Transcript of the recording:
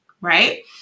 right